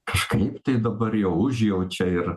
kažkaip tai dabar jau užjaučia ir